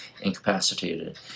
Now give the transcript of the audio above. incapacitated